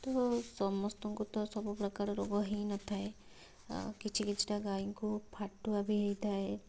ତ ସମସ୍ତଙ୍କୁ ତ ସବୁ ପ୍ରକାର ରୋଗ ହୋଇନଥାଏ ଆଉ କିଛି କିଛିଟା ଗାଈଙ୍କୁ ଫାଟୁଆ ବି ହୋଇଥାଏ